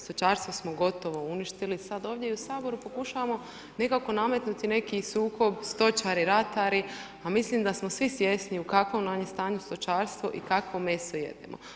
Stočarstvo smo gotovo uništili i sada ovdje u Saboru pokušavamo nekako nametnuti neki sukob stočari-ratari, a mislim da smo svi svjesni u kakvom nam je stanju stočarstvo i kakvo meso jedemo.